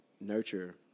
Nurture